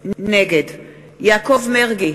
נגד יעקב מרגי,